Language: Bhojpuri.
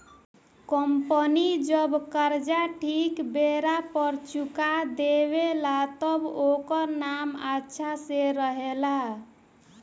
कंपनी जब कर्जा ठीक बेरा पर चुका देवे ला तब ओकर नाम अच्छा से रहेला